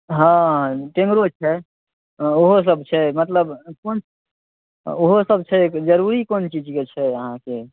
हाँ टेङ्गरो छै ओहो सभ छै मतलब कोन ओहो सभ छै जरूरी कोन चीज के छै अहाँके